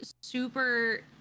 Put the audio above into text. super